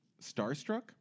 starstruck